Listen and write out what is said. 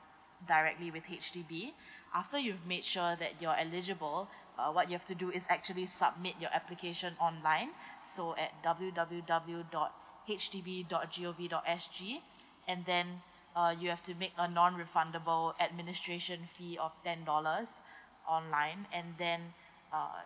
directly with H_D_B after you've make sure that you're eligible uh what you have to do is actually submit your application online so at W W W dot H D B dot G O V dot S G and then uh you have to make a non refundable administration fee of ten dollars online and then uh